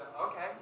Okay